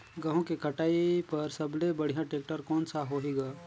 गहूं के कटाई पर सबले बढ़िया टेक्टर कोन सा होही ग?